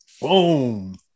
Boom